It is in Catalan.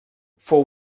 fou